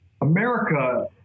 America